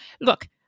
Look